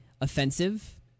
offensive